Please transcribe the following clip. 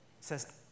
says